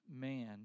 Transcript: man